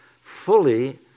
fully